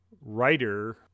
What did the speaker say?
writer